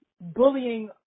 bullying